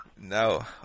No